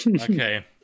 Okay